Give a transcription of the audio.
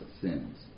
sins